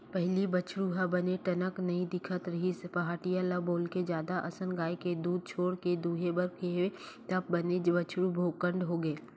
पहिली बछरु ह बने टनक नइ दिखत रिहिस पहाटिया ल बोलके जादा असन गाय के दूद छोड़ के दूहे बर केहेंव तब बने बछरु भोकंड होगे